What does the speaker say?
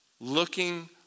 looking